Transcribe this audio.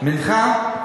מנחה?